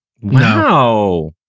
Wow